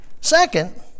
Second